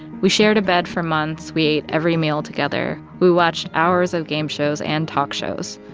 we shared a bed for months. we ate every meal together. we watched hours of game shows and talk shows.